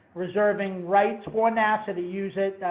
reserving rights for nasa to use it,